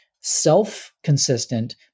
self-consistent